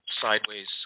sideways